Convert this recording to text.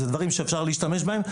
אלה דברים שאפשר להשתמש בהם,